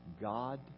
God